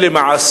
לא.